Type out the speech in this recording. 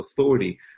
authority